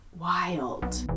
Wild